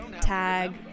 tag